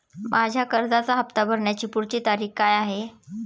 माझ्या कर्जाचा हफ्ता भरण्याची पुढची तारीख काय आहे?